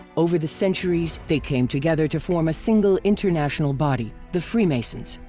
over the centuries they came together to form a single international body the freemasons.